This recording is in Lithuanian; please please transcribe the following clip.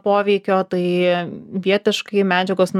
poveikio tai vietiškai medžiagos